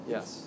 Yes